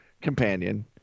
companion